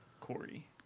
Corey